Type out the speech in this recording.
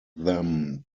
them